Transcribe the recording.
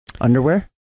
underwear